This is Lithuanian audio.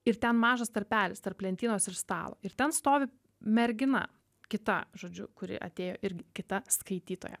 ir ten mažas tarpelis tarp lentynos ir stalo ir ten stovi mergina kita žodžiu kuri atėjo irgi kita skaitytoja